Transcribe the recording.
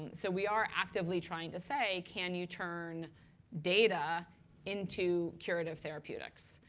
so we are actively trying to say, can you turn data into curative therapeutics?